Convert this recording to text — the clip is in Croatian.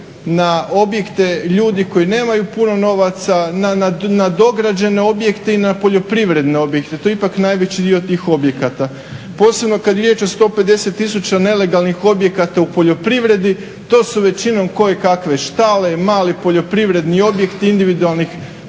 na objekte ljudi koji nemaju puno novaca, na dograđene objekte i na poljoprivredne objekte. To je ipak najveći dio tih objekata. Posebno kada je riječ o 150 tisuća nelegalnih objekata u poljoprivredi, to su većinom kojekakve štale, mali poljoprivredni objekti individualnih